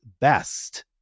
Best